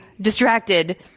distracted